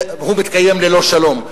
שהוא מתקיים ללא שלום,